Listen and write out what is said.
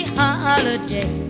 holiday